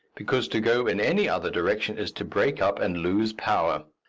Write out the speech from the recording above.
because to go in any other direction is to break up and lose power.